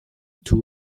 two